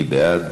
מי בעד?